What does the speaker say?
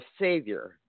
Savior